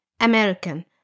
American